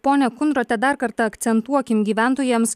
ponia kundrote dar kartą akcentuokim gyventojams